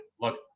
look